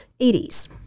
80s